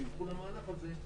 כשילכו למהלך הזה,